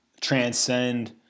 transcend